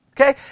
Okay